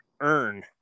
earn